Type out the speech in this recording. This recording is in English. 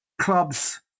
clubs